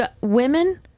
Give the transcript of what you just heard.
Women